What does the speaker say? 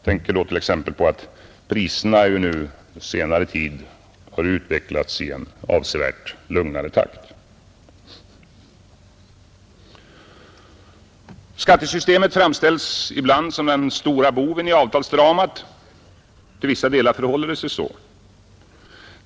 Jag tänker på att priserna under senare tid utvecklats i en avsevärt lugnare takt. Skattesystemet framställs ibland som den stora boven i avtalsdramat. Till vissa delar förhåller det sig så.